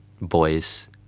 boys